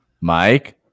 Mike